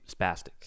spastic